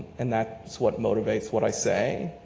and that's what motivates what i say.